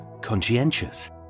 conscientious